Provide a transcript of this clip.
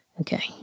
Okay